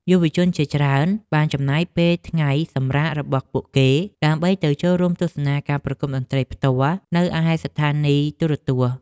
យុវជនជាច្រើនបានចំណាយពេលថ្ងៃសម្រាករបស់ពួកគេ ដើម្បីទៅចូលរួមទស្សនាការប្រគំតន្ត្រីផ្ទាល់នៅឯស្ថានីយទូរទស្សន៍។